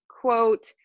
Quote